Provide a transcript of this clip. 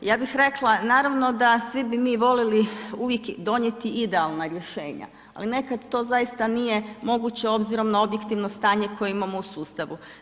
Ja bih rekla naravno da bi mi svi voljeli uvijek donijeti idealna rješenja, ali nekad to zaista nije moguće obzirom na objektivno stanje koje imamo u sustavu.